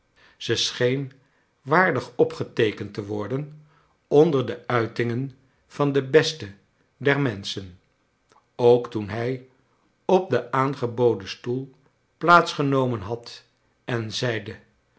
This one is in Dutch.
ze scheen waardig opgeteekend te worden onder de uitingen van de besten der menschen ook toen hij op den aangeboden stoel plaats genomen had en zeide